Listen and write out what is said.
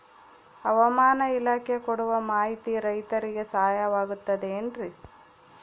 ಹವಮಾನ ಇಲಾಖೆ ಕೊಡುವ ಮಾಹಿತಿ ರೈತರಿಗೆ ಸಹಾಯವಾಗುತ್ತದೆ ಏನ್ರಿ?